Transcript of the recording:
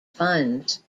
funds